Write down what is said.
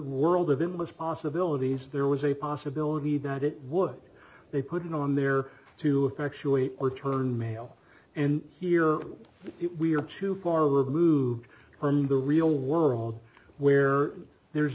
world of it most possibilities there was a possibility that it would they put it on there to effectuate or turn mail and here we are too far removed from the real world where there